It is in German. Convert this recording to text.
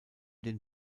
den